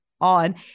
on